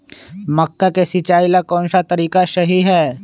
मक्का के सिचाई ला कौन सा तरीका सही है?